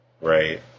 Right